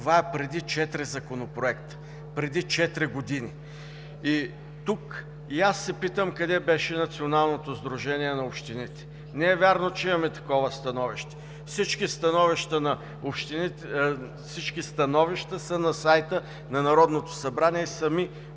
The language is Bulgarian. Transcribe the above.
Това е преди четири законопроекта, преди четири години. И тук и аз се питам къде беше Националното сдружение на общините. Не е вярно, че имаме такова становище. Всички становища са на сайта на Народното събрание, сами